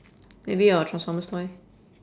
maybe your transformers toy